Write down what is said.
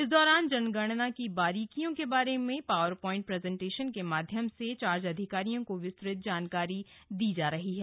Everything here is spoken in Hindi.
इस दौरान जनगणना की बारिकायों के बारे में पावर प्वाइंट प्रेजेंटेशन के माध्यम से चार्ज अधिकारियों को विस्तृत जनकारी दी जा रही है